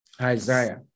Isaiah